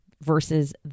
versus